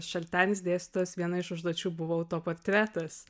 šaltenis dėstytojas viena iš užduočių buvo autoportretas